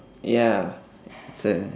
ya it's a